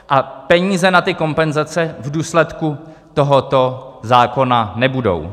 A peníze na ty kompenzace v důsledku tohoto zákona nebudou.